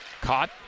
Caught